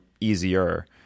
easier